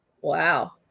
Wow